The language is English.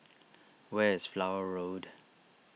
where is Flower Road